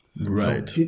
Right